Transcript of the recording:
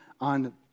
on